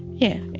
yeah,